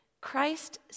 Christ